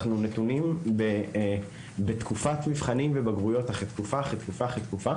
אנחנו נתונים בתקופת מבחנים ובגרויות תקופה אחרי תקופה.